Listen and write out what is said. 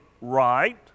right